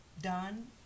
done